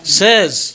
says